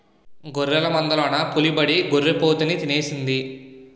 గొర్రెల మందలోన పులిబడి గొర్రి పోతుని తినేసింది